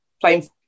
playing